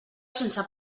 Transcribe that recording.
sense